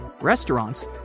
restaurants